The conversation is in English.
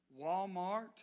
Walmart